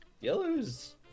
Yellow's